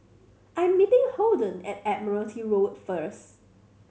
I'm meeting Holden at Admiralty Road first